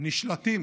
נשלטים